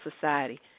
society